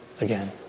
again